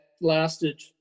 lasted